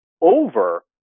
over